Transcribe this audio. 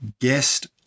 guest